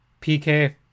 PK